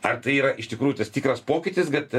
ar tai yra iš tikrųjų tas tikras pokytis kad